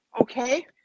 Okay